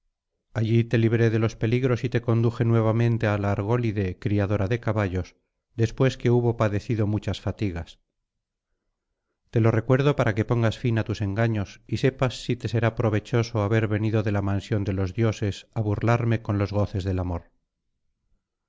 allí le libró de los peligros y le conduje nuevamente á la argólide criadora de caballos después que hubo padecido muchas fatigas te lo recuerdo para que pongas fin á tus engaños y sepas si te será provechoso haber venido de la mansión de los dioses á burlarme con los goces del amor